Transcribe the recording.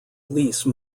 lease